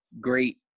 great